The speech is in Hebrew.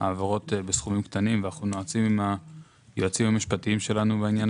העברות בסכומים קטנים ואנו נועצים עם היועצים המשפטיים שלנו בעניין